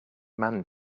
man